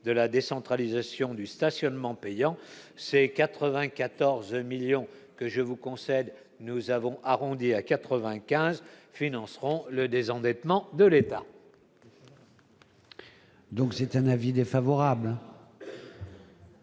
de la décentralisation du stationnement payant ces 94 millions que je vous concède : nous avons arrondi à 95 financeront le désendettement de l'État. Donc c'est un avis défavorable.